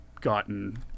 gotten